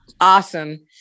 awesome